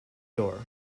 door